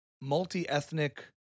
multi-ethnic